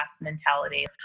mentality